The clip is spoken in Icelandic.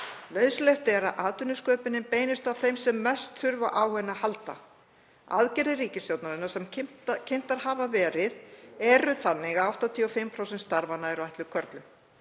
Nauðsynlegt er að atvinnusköpunin beinist að þeim sem mest þurfa á henni að halda. Aðgerðir ríkisstjórnarinnar sem kynntar hafa verið eru þannig að 85% starfanna eru ætluð körlum